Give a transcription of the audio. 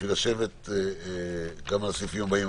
לשבת גם על הסעיפים הבאים.